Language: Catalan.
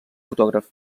fotògraf